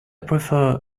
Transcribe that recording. prefer